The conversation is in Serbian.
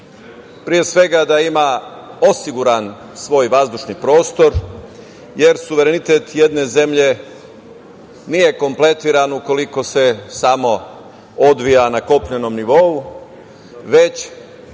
pre svega da ima osiguran svoj vazdušni prostor, jer suverenitet jedne zemlje nije kompletiran ukoliko se samo odvija na kopnenom nivou, već